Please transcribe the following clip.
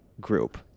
group